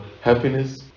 happiness